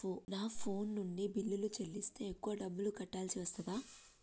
నా ఫోన్ నుండి బిల్లులు చెల్లిస్తే ఎక్కువ డబ్బులు కట్టాల్సి వస్తదా?